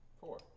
Four